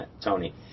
Tony